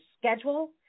schedule